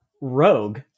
rogue